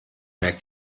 mehr